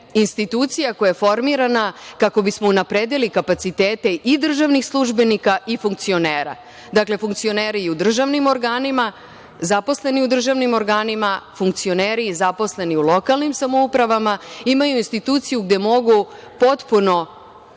institucija koja je formirana kako bismo unapredili kapacitete i državnih službenika i funkcionera. Dakle, funkcioneri i u državnim organima, zaposleni u državnim organima, funkcioneri i zaposleni u lokalnim samoupravama imaju instituciju gde mogu potpuno